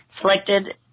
selected